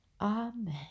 Amen